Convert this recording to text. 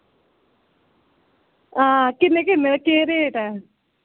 हां किन्ने किन्ने दा केह् रेट ऐ